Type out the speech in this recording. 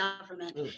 government